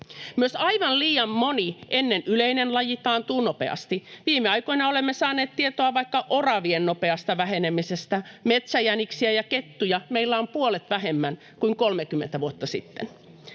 Myös aivan liian moni ennen yleinen laji taantuu nopeasti. Viime aikoina olemme saaneet tietoa vaikka oravien nopeasta vähenemisestä. Metsäjäniksiä ja kettuja meillä on puolet vähemmän kuin 30 vuotta sitten.